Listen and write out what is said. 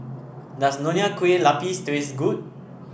does Nonya Kueh Lapis taste good